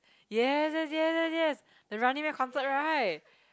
yes yes yes yes yes the Running Man concert right